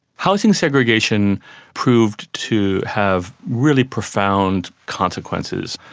housing segregation proved to have really profound consequences,